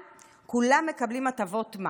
כולם מקבלים הטבות מס.